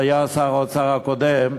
שהיה שר האוצר הקודם,